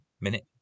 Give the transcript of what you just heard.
Minute